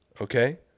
Okay